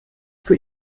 für